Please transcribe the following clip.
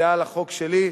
זהה לזו שלי.